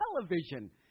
television